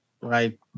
Right